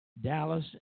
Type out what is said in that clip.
Dallas